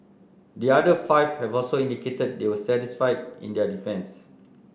the other five have also indicated they will testify in their defence